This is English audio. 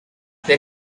they